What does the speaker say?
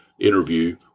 interview